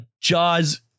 Jaws